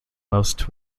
most